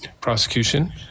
prosecution